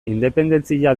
independentzia